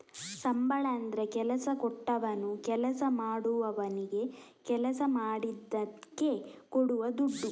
ಸಂಬಳ ಅಂದ್ರೆ ಕೆಲಸ ಕೊಟ್ಟವನು ಕೆಲಸ ಮಾಡುವವನಿಗೆ ಕೆಲಸ ಮಾಡಿದ್ದಕ್ಕೆ ಕೊಡುವ ದುಡ್ಡು